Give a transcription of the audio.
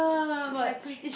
cycling